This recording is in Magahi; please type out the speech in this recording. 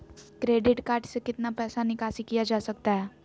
क्रेडिट कार्ड से कितना पैसा निकासी किया जा सकता है?